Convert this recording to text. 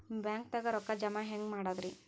ಬ್ಯಾಂಕ್ದಾಗ ರೊಕ್ಕ ಜಮ ಹೆಂಗ್ ಮಾಡದ್ರಿ?